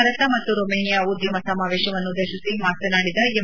ಭಾರತ ಮತ್ತು ರೊಮೇನಿಯಾ ಉದ್ಯಮ ಸಮಾವೇಶವನ್ನುದ್ದೇಶಿ ಮಾತನಾಡಿದ ಎಂ